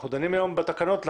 אנחנו דנים היום בתקנות לחוק.